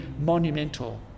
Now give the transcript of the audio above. monumental